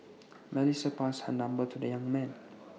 Melissa passed her number to the young man